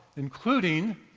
including